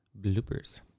bloopers